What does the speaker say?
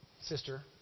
sister